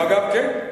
דרך אגב, כן.